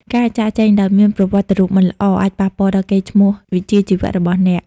ការចាកចេញដោយមានប្រវត្តិរូបមិនល្អអាចប៉ះពាល់ដល់កេរ្តិ៍ឈ្មោះវិជ្ជាជីវៈរបស់អ្នក។